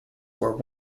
were